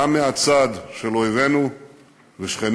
גם מהצד של אויבינו ושכנינו,